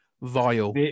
vile